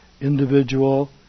individual